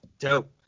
Dope